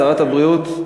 שרת הבריאות?